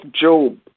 Job